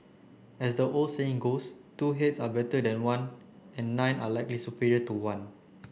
as the old saying goes two heads are better than one and nine are likely superior to one